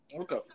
Okay